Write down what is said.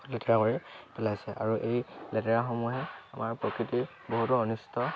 লেতেৰা কৰি পেলাইছে আৰু এই লেতেৰাসমূহে আমাৰ প্ৰকৃতিৰ বহুতো অনিষ্ট